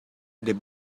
the